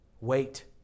Wait